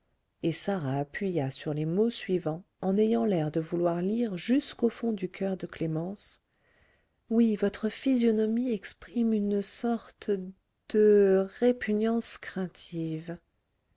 et sarah appuya sur les mots suivants en ayant l'air de vouloir lire jusqu'au fond du coeur de clémence oui votre physionomie exprime une sorte de répugnance craintive